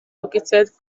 located